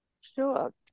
Sure